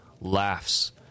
laughs